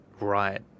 Right